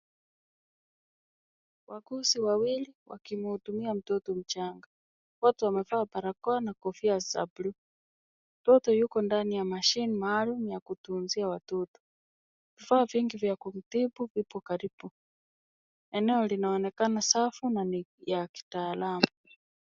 Wauguzi wawili wakimhudumia mtoto mchanga. Wote wamevaa barakoa na kofia za bluu, mtoto yuko ndani ya mashine maalum ya kutunzia watoto, vifaa vingi vya kumtibu vipo karibu. Eneo linaonekana safi na ni ya kitaalamu.